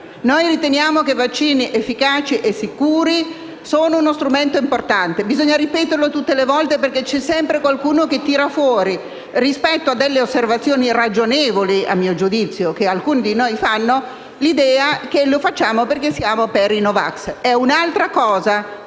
Noi riteniamo che i vaccini, efficaci e sicuri, siano uno strumento importante. Bisogna ripeterlo tutte le volte, perché c'è sempre qualcuno che tira fuori, rispetto a delle osservazioni ragionevoli che alcuni di noi fanno, l'idea che lo facciamo perché siamo a favore dei no vax. È un'altra cosa: